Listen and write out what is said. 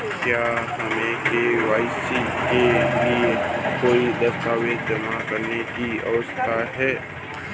क्या हमें के.वाई.सी के लिए कोई दस्तावेज़ जमा करने की आवश्यकता है?